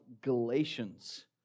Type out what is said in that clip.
Galatians